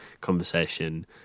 conversation